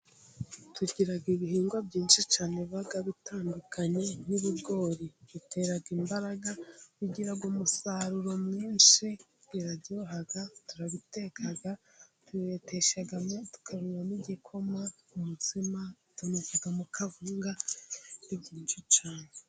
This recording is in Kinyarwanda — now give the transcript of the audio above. Tugira ibihingwa byinshi cyane biba bitandukanye, nk'ibigori, bitera imbaraga, bigira umusaruro mwinshi, biraryoha turabiteka, turabibetesha tukanywamo igikoma, umutsima tunavugamo kawunga nibindi byinshi cyane.